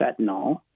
fentanyl